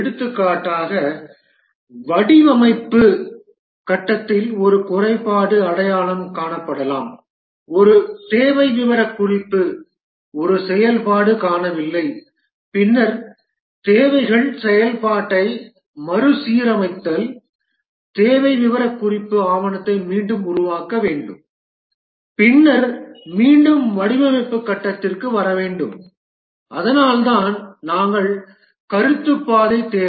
எடுத்துக்காட்டாக வடிவமைப்பு கட்டத்தில் ஒரு குறைபாடு அடையாளம் காணப்படலாம் ஒரு தேவை விவரக்குறிப்பு ஒரு செயல்பாடு காணவில்லை பின்னர் தேவைகள் செயல்பாட்டை மறுசீரமைத்தல் தேவை விவரக்குறிப்பு ஆவணத்தை மீண்டும் உருவாக்க வேண்டும் பின்னர் மீண்டும் வடிவமைப்பு கட்டத்திற்கு வேண்டும் அதனால்தான் நாங்கள் கருத்து பாதை தேவை